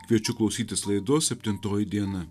kviečiu klausytis laidos septintoji diena